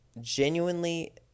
Genuinely